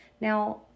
Now